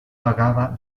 vagaba